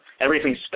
everything's